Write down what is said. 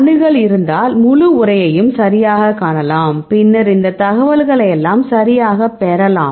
அணுகல் இருந்தால் முழு உரையையும் சரியாகக் காணலாம் பின்னர் இந்த தகவல்களையெல்லாம் சரியாகப் பெறலாம்